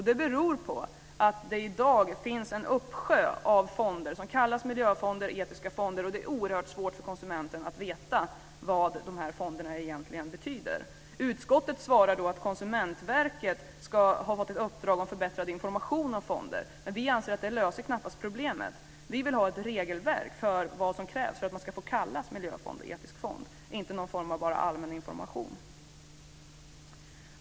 Det beror på att det i dag finns en uppsjö av fonder som kallas miljöfonder eller etiska fonder, och det är oerhört svårt för konsumenten att veta vad de här fonderna egentligen står för. Utskottet svarar att Konsumentverket har fått i uppdrag att förbättra informationen om fonder. Men vi anser att det knappast löser problemet. Vi vill ha ett regelverk för vad som krävs för att en fond ska få kallas miljöfond eller etisk fond, inte enbart någon form av allmän information.